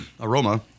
aroma